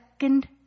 second